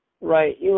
Right